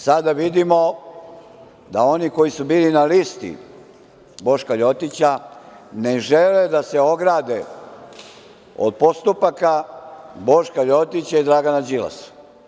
Sada vidimo da oni koji su bili na listi Boška „Ljotića“, ne žele da se ograde od postupaka Boška „Ljotića“ i Dragana Đilasa.